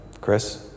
Chris